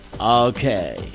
Okay